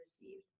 received